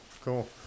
Cool